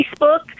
Facebook